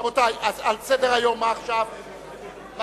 רבותי, על סדר-היום הצעות לסדר-היום מס' 3250,